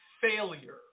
failure